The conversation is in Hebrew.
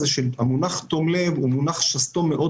שהמונח "תום לב" הוא מונח שסתום מאוד